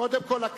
קודם כול,